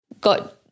got